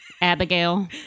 Abigail